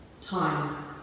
time